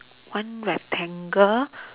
one rectangle